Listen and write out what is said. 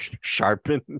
sharpen